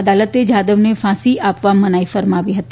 અદાલતે જાદવને ફાંસી આ વા મનાઇ ફરમાવી હતી